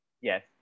Yes